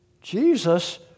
Jesus